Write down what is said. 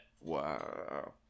Wow